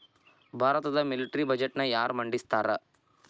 ಭಾರತದ ಮಿಲಿಟರಿ ಬಜೆಟ್ನ ಯಾರ ಮಂಡಿಸ್ತಾರಾ